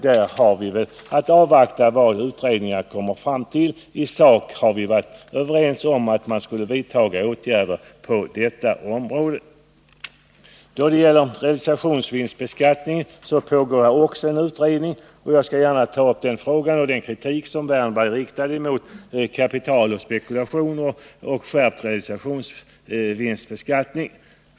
Därför har vi att avvakta vad utredningen kommer fram till. I sak har vi varit överens om att man skall vidta åtgärder på detta område. Det pågår också en utredning om realisationsvinstbeskattning. Jag skall gärna ta upp denna fråga och den kritik som Erik Wärnberg riktade när han talade om kapital, spekulation och skärpt realisationsvinstbeskattning.